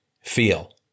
feel